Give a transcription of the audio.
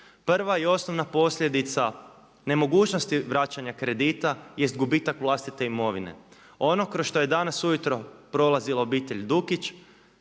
Prva i osnovna posljedica nemogućnosti vraćanja kredita jest gubitak vlastite imovine. Ono kroz što je danas ujutro prolazila obitelj Dukić